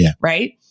right